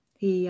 thì